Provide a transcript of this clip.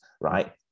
right